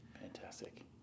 Fantastic